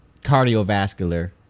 cardiovascular